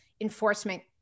enforcement